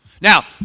Now